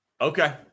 Okay